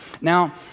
Now